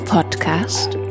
Podcast